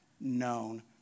known